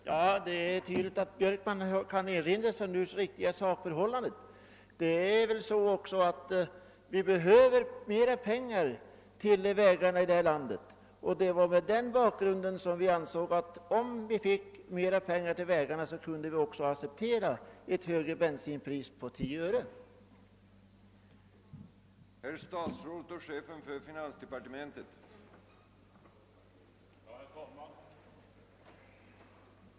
Herr talman! Det är tydligt att herr Björkman nu kan erinra sig det riktiga sakförhållandet. Vi behöver ju mera pengar till vägarna här i landet, och det var mot den bakgrunden vi ansåg att om vi fick mera pengar till vägarna kunde vi också acceptera att bensinpriset höjdes med 10 öre. Det var dessutom roligt höra att herr Björkman röstade för vårt förslag.